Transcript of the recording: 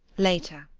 later.